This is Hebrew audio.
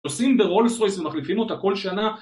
עושים ברולס רויס ומחליפים אותה כל שנה